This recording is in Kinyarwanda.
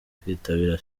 kwitabira